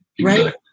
right